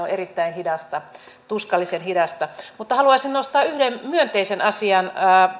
on erittäin hidasta tuskallisen hidasta mutta haluaisin nostaa yhden myönteisen asian